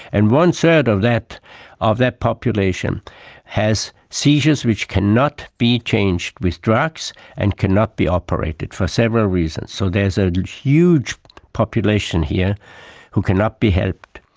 and one-third of that of that population has seizures which cannot be changed with drugs and cannot be operated, for several reasons. so there's a huge population here who cannot be helped.